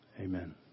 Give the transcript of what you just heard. amen